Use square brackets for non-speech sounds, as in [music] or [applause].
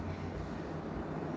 [breath]